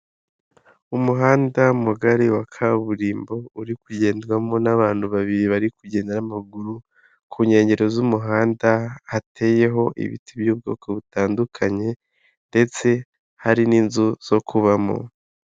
Umuhanda mugari wa kaburimbo uri kugendwamo n'abantu babiri bari kugenda n'amaguru ku nkengero z'umuhanda hateyeho ibiti by'ubwoko butandukanye ndetse hari n'inzu zo kubamo.